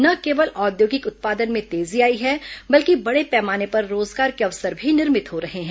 न केवल औद्योगिक उत्पादन में तेजी आई है बल्कि बड़े पैमाने पर रोजगार के अवसर भी निर्मित हो रहे हैं